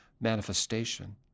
manifestation